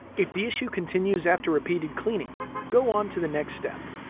if the issue continues after repeated cleaning, go on to the next step.